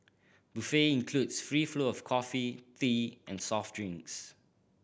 buffet includes free flow of coffee tea and soft drinks